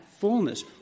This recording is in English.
fullness